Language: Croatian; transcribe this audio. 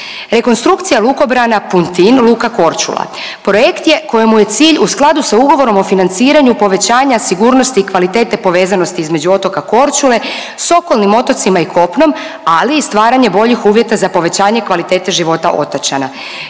Rekonstrukcija lukobrana Puntin luka Korčula. Projekt je kojemu je cilju u skladu sa ugovorom o financiranju povećanja sigurnosti i kvalitete povezanosti između otoka Korčula sa okolnim otocima i kopnom, ali i stvaranje boljih uvjeta za povećanje kvalitete život otočana.